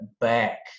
back